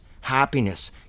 happiness